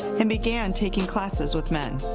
and began taking classes with men.